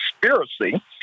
conspiracy—